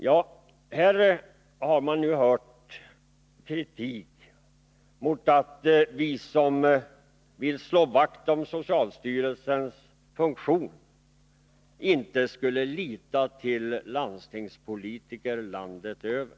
lingsstörda Här har vi nu hört kritik framföras, som innebär att vi som vill slå vakt om socialstyrelsens funktion inte skulle kunna lita på landstingspolitiker landet över.